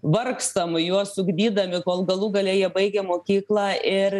vargstam juos ugdydami kol galų gale jie baigia mokyklą ir